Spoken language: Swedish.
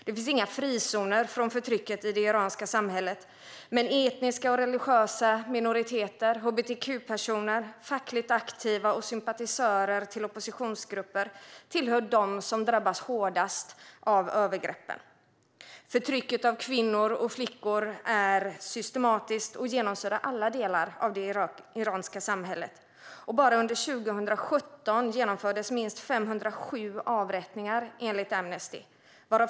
Det finns inga frizoner från förtrycket i det iranska samhället, men etniska och religiösa minoriteter, hbtq-personer, fackligt aktiva och sympatisörer till oppositionsgrupper tillhör dem som drabbas hårdast av övergreppen. Förtrycket av kvinnor och flickor är systematiskt och genomsyrar alla delar av det iranska samhället. Bara under 2017 genomfördes minst 507 avrättningar, enligt Amnesty.